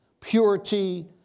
purity